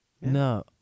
No